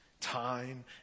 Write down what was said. time